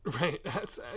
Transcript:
Right